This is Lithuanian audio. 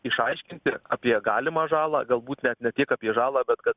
išaiškinti apie galimą žalą galbūt net ne tiek apie žalą bet kad